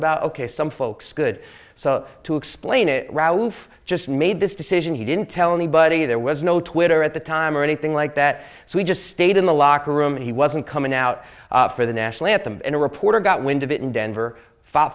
about ok some folks good to explain it raouf just made this decision he didn't tell anybody there was no twitter at the time or anything like that so he just stayed in the locker room and he wasn't coming out for the national anthem in a reporter got wind of it in denver